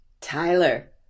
Tyler